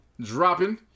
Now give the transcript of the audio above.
Dropping